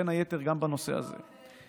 בין היתר גם בנושא הזה.